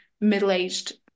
middle-aged